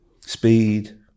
speed